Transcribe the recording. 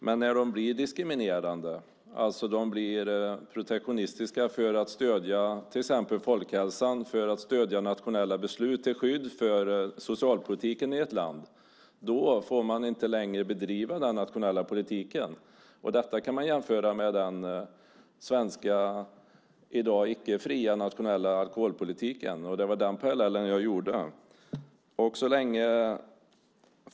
Men när de blir diskriminerande, alltså protektionistiska för att stödja till exempel folkhälsan, för att stödja nationella beslut till skydd för socialpolitiken i ett land, får man inte längre bedriva den nationella politiken. Detta kan man jämföra med den svenska i dag icke fria nationella alkoholpolitiken. Det var den parallellen jag gjorde.